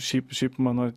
šiaip šiaip mano